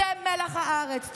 אתם מלח הארץ.